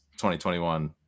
2021